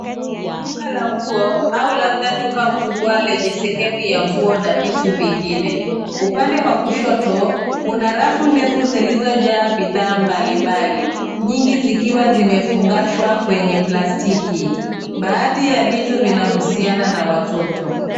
Duka la nguo au labda duka kubwa lenye sehemu ya nguo na vitu vingine. Upande wa kushoto, kuna rafu ndefu zilizojaa bidhaa mbalimbali, nyingi zikiwa zimefungashwa kwenye plastiki. Baadhi ya vitu vinahusiana na watoto.